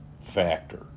factor